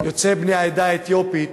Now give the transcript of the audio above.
יוצאי בני העדה האתיופית,